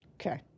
Okay